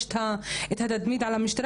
יש את התדמית על המשטרה.